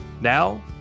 Now